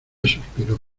suspiró